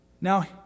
Now